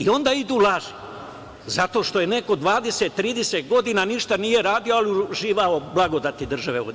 Onda idu laži, zato što neko 20, 30 godina ništa nije radio, ali je uživao blagodati države ovde.